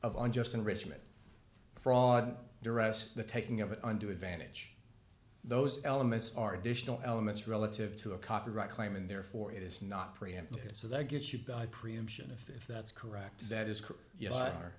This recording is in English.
of unjust enrichment fraud duress the taking of an undue advantage those elements are additional elements relative to a copyright claim and therefore it is not preemptive so that gets you by preemption if if that's correct that is